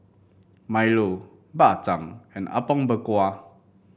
milo Bak Chang and Apom Berkuah